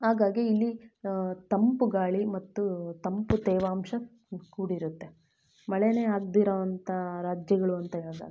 ಹಾಗಾಗಿ ಇಲ್ಲಿ ತಂಪುಗಾಳಿ ಮತ್ತು ತಂಪು ತೇವಾಂಶ ಕೂಡಿರುತ್ತೆ ಮಳೆನೇ ಆಗದಿರೋ ಅಂಥ ರಾಜ್ಯಗಳು ಅಂತ ಹೇಳೋದಾದ್ರೆ